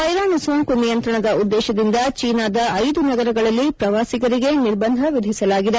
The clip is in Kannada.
ವೈರಾಣು ಸೋಂಕು ನಿಯಂತ್ರಣದ ಉದ್ದೇಶದಿಂದ ಚೀನಾದ ಐದು ನಗರಗಳಲ್ಲಿ ಪ್ರವಾಸಿಗರಿಗೆ ನಿರ್ಬಂಧ ವಿಧಿಸಲಾಗಿದೆ